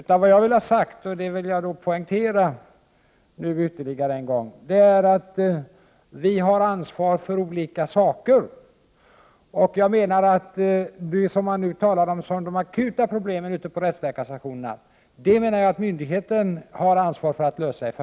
Det jag vill ha sagt — och det vill jag poängtera ytterligare en gång — är att vi har ansvaret för olika saker. De akuta problemen ute på rättsläkarstationerna har i första hand myndigheterna ansvaret för att lösa.